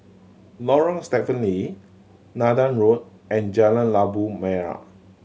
Lorong Stephen Lee Nathan Road and Jalan Labu Merah